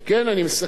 אני מסכם.